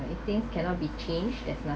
things cannot be changed there's not